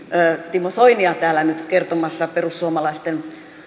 timo soinia täällä nyt kertomassa perussuomalaisten